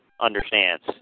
understands